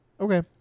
Okay